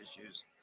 issues